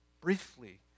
briefly